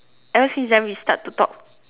ever since then we start to talk